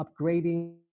upgrading